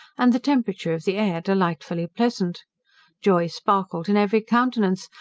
and the temperature of the air delightfully pleasant joy sparkled in every countenance,